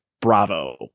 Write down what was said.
Bravo